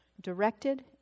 directed